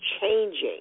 changing